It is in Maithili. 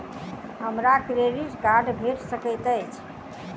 हमरा क्रेडिट कार्ड भेट सकैत अछि?